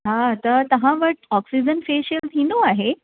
हा त तव्हां वटि ऑक्सीजन फ़ेशियल थींदो आहे